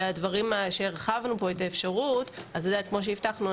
והדברים שהרחבנו את האפשרות כמו שהבטחנו,